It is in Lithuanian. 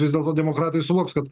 vis dėlto demokratai suvoks kad